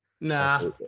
nah